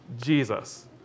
Jesus